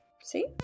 See